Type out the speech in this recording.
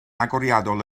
agoriadol